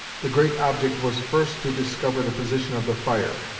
the great object was first to discover the position of the fire,